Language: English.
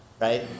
right